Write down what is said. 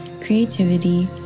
creativity